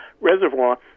reservoir